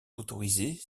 autorisés